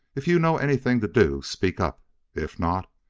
if you know anything to do, speak up if not